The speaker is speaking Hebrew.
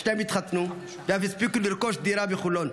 השניים התחתנו, ואף הספיקו לרכוש דירה בחולון,